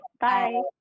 Bye